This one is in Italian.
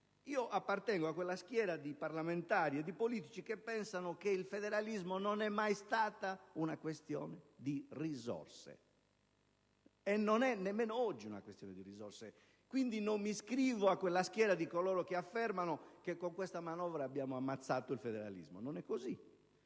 Io appartengo a quella schiera di parlamentari e di politici che pensano che il federalismo non è mai stato una questione di risorse e nemmeno oggi è questione di risorse. Quindi, non mi iscrivo a quella schiera di coloro che affermano che con questa manovra abbiamo ammazzato il federalismo. Non è così!